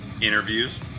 Interviews